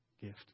gift